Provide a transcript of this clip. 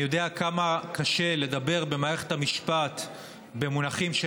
אני יודע כמה קשה לדבר במערכת המשפט במונחים של